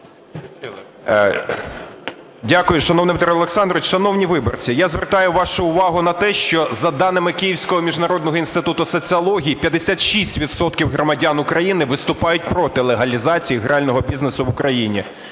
Дякую, шановний Дмитро Олександрович. Шановні виборці, я звертаю вашу увагу на те, що за даними Київського міжнародного інституту соціології, 56 відсотків громадян України виступають проти легалізації грального бізнесу в Україні,